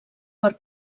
per